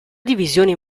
divisioni